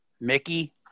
mickey